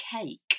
cake